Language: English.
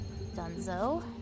Dunzo